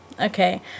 Okay